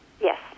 Yes